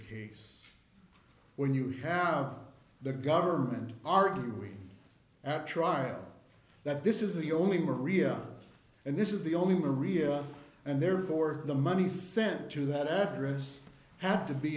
case when you have the government arguing at trial that this is the only maria and this is the only maria and therefore the money sent to that address had to be